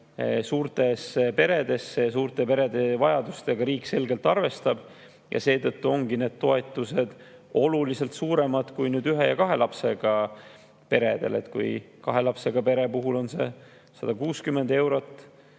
Suurte peredega ja suurte perede vajadustega riik selgelt arvestab ja seetõttu ongi need toetused oluliselt suuremad kui ühe ja kahe lapsega peredele. Kui kahe lapsega pere puhul on see 160 eurot,